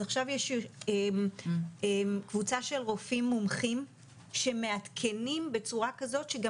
אז עכשיו יש קבוצה של רופאים מומחים שמעדכנים בצורה כזאת שגם